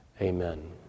Amen